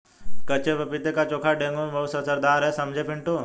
कच्चे पपीते का चोखा डेंगू में बहुत असरदार है समझे पिंटू